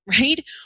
right